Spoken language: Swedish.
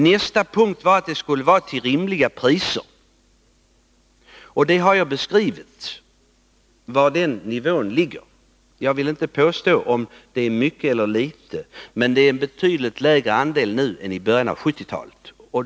Nästa punkt gällde att vi skall ha rimliga livsmedelspriser. Jag har beskrivit Anslag inom jordvar den nivån ligger. Jag vill inte uttala mig om den är hög eller låg, men den bruksdepartemenär betydligt lägre nu än den var i början av 1970-talet.